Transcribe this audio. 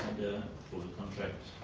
for the contract